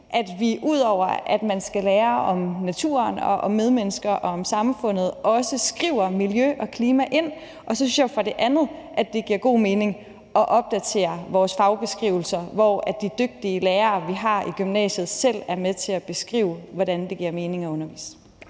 at vi ud over at sige, at man skal lære om naturen, medmennesker og samfundet, også skriver miljø og klima ind. Og så synes jeg også, at det giver god mening at opdatere vores fagbeskrivelser, og at de dygtige lærere, vi har i gymnasiet, selv er med til at beskrive, hvordan det giver mening at undervise.